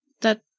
That-